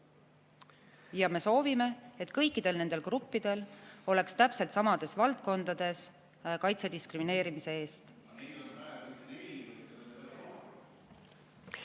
Me soovime, et kõikidel nendel gruppidel oleks täpselt samades valdkondades kaitse diskrimineerimise eest.